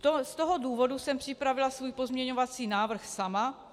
Z toho důvodu jsem připravila svůj pozměňovací návrh sama.